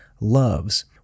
loves